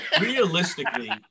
Realistically